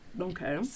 Okay